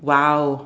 !wow!